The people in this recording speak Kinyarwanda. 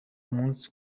munsi